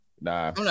Nah